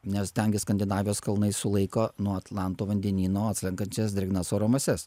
nes dangė skandinavijos kalnai sulaiko nuo atlanto vandenyno atslenkančias drėgnas oro mases